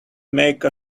make